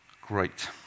Great